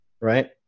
right